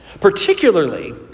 particularly